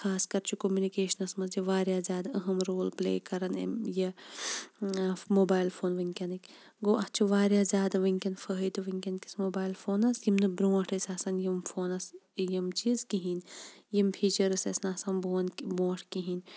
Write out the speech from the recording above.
خاص کَر چھُ کوٚمنِکیشنَس مَنٛز یہِ واریاہ زیاد أہم رول پلے کَران یِم یہِ موبایل فون وُنکیٚنِک گوٚو اتھ چھُ واریاہ زیاد وُنکیٚن فٲیدٕ وُنکیٚن کِس موبایل فونَس یِم نہٕ برٛونٛٹھ ٲسۍ آسان یِم فونَس یِم یِم چیٖز کِہیٖنٛۍ یِم فیٖچرس ٲسۍ نہٕ آسان بۅن برٛونٛٹھ کِہیٖنٛۍ